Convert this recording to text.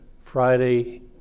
Friday